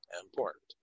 Important